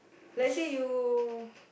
let say you